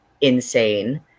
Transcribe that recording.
insane